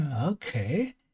Okay